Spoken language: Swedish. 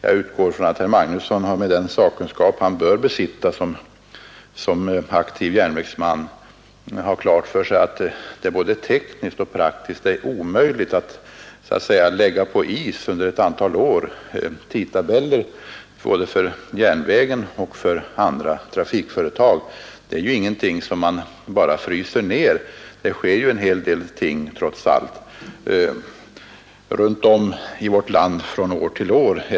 Jag utgår från att herr Magnusson, med den sakkunskap han bör besitta som aktiv järnvägsman, har klart för sig att det är både tekniskt och praktiskt omöjligt att så att säga lägga på is under ett antal år tidtabeller både för järnvägen och för annan trafik. Det är ju ingenting som man bara fryser ner — det sker en hel del trots allt på detta område runt om i vårt land från år till år.